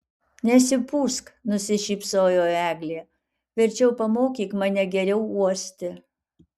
nesipūsk nusišypsojo eglė verčiau pamokyk mane geriau uosti